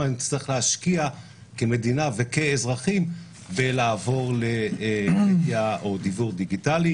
נצטרך להשקיע כמדינה וכאזרחים במעבר לדיוור דיגיטלי.